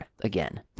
again